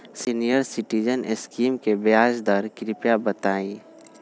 senior citizen scheme के ब्याज दर कृपया बताईं